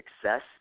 success